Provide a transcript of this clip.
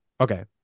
okay